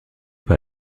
par